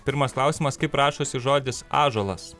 pirmas klausimas kaip rašosi žodis ąžuolas